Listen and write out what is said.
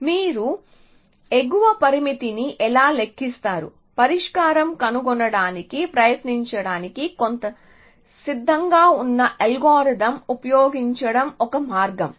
మీరు ఎగువ పరిమితిని ఎలా లెక్కిస్తారు పరిష్కారం కనుగొనడానికి ప్రయత్నించడానికి కొంత సిద్ధంగా ఉన్న అల్గోరిథం ఉపయోగించడం ఒక మార్గం